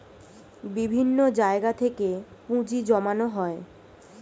বিভিন্ন জায়গা থেকে পুঁজি জমানো হয়